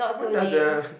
what does the